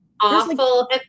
Awful